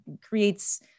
creates